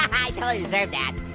i totally deserved that.